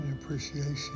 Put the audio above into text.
appreciation